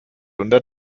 unter